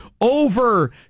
over